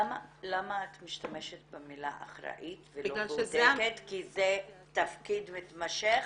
למה את משתמשת במילה אחראית ולא בודקת כי זה תפקיד מתמשך?